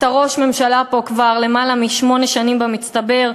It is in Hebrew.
אתה ראש ממשלה פה כבר למעלה משמונה שנים במצטבר,